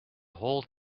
whole